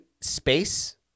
space